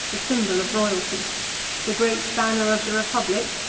the symbol of royalty the great banner of the republic,